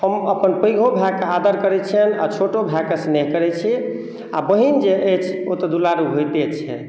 हम अपन पैघो भायके आदर करै छियनि आ छोटो भायकेँ स्नेह करैत छी आ बहिन जे अछि ओ तऽ दुलारू होइते छै